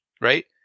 right